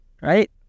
right